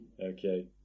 Okay